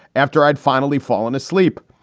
after i'd finally fallen asleep.